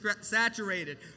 saturated